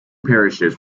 parishes